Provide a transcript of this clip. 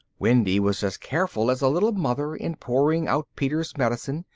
wendy was as careful as a little mother in pouring out peter's medicine,